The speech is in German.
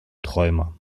träumer